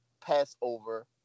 passover